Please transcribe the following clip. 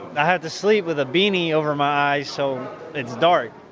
i have to sleep with a beanie over my eyes so it's dark